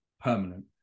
permanent